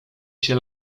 się